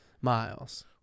miles